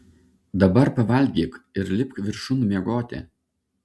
dabar pavalgyk ir lipk viršun miegoti